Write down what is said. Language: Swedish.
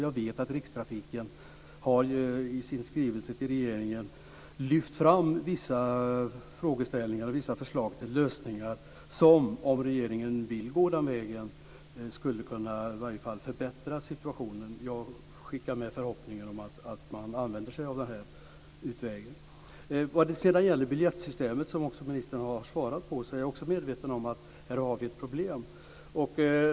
Jag vet att Rikstrafiken i sin skrivelse till regeringen har lyft fram vissa frågeställningar och förslag till lösningar som, om regeringen vill gå den vägen, skulle kunna förbättra situationen. Jag skickar med förhoppningen om att man använder sig av den utvägen. Vad gäller biljettsystemet, en fråga som ministern redan har svarat på, är även jag medveten om att vi har ett problem.